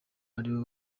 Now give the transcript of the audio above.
aribo